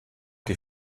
die